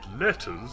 letters